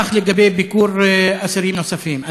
כך לגבי ביקור אסירים נוספים.